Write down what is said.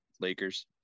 Lakers